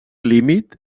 límit